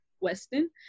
Weston